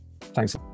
Thanks